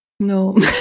No